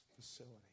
facility